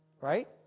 Right